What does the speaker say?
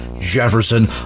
Jefferson